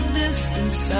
distance